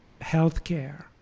healthcare